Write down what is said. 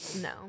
No